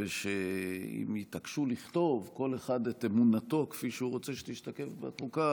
ושאם יתעקשו לכתוב כל אחד את אמונתו כפי שהוא רוצה שתשתקף בחוקה,